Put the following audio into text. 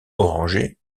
orangés